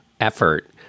effort